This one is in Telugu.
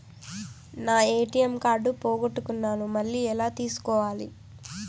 నా ఎ.టి.ఎం కార్డు పోగొట్టుకున్నాను, మళ్ళీ ఎలా తీసుకోవాలి?